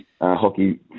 hockey